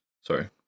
Sorry